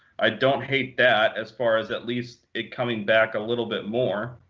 i don't hate that, as far as at least it coming back a little bit more.